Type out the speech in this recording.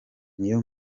niyo